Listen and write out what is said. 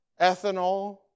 ethanol